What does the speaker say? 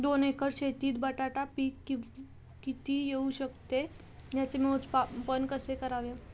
दोन एकर शेतीत बटाटा पीक किती येवू शकते? त्याचे मोजमाप कसे करावे?